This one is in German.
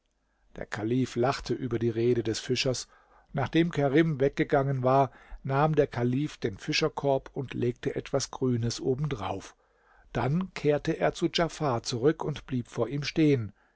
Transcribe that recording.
der kalif lachte über die rede des fischers nachdem kerim weggegangen war nahm der kalif den fischerkorb und legte etwas grünes oben drauf dann kehrte er zu djafar zurück und blieb vor ihm stehen